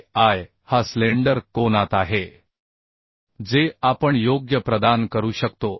हे I हा slender कोनात आहे जे आपण योग्य प्रदान करू शकतो